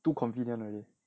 too convenient already